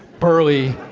burly